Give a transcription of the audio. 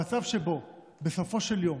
במצב שבו בסופו של יום,